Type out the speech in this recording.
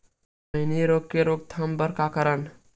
मैनी रोग के रोक थाम बर का करन?